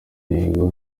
ntego